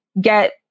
get